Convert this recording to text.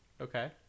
Okay